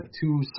two